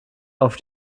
auf